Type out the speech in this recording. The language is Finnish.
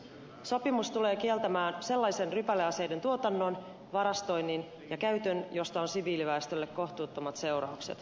sopimus tulee kieltämään sellaisen rypäleaseiden tuotannon varastoinnin ja käytön josta on siviiliväestölle kohtuuttomat seuraukset